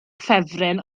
ffefryn